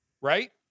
right